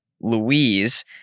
Louise